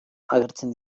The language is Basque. agertzen